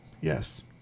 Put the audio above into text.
yes